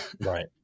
Right